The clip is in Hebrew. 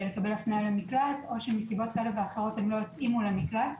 לקבל הפניה למקלט או שמסיבות כאלה ואחרות הן לא התאימו למקלט.